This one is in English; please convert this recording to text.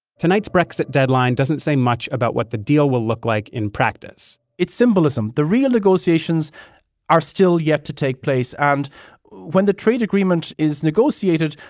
tonight's brexit deadline doesn't say much about what the deal will look like in practice it's symbolism. the real negotiations are still yet to take place, and when the trade agreement is negotiated,